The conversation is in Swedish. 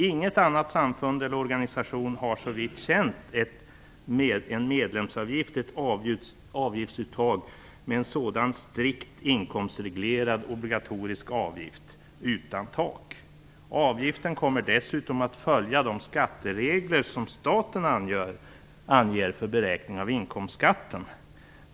Inget annat samfund och ingen annan organisation har såvitt känt ett avgiftsuttag med en sådan strikt inkomstreglerad obligatorisk avgift utan tak. Avgiften kommer dessutom att följa de skatteregler som staten anger för beräkning av inkomstskatten.